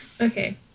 Okay